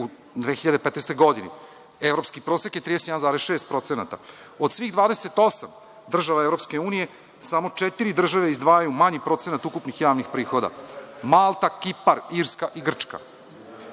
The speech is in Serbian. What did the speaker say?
u 2015. godini. Evropski prosek je 31,6%. Od svih 28 država Evropske unije samo četiri države izdvajaju manji procenat ukupnih javnih prihoda – Malta, Kipar, Irska i Grčka.U